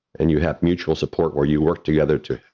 and you have mutual support where you work together to,